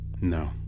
No